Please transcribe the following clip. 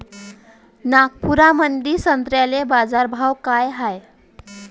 नागपुरामंदी संत्र्याले बाजारभाव काय हाय?